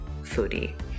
foodie